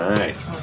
ah nice.